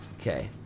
Okay